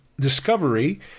Discovery